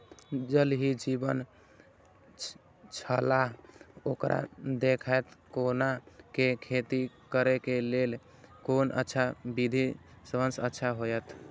ज़ल ही जीवन छलाह ओकरा देखैत कोना के खेती करे के लेल कोन अच्छा विधि सबसँ अच्छा होयत?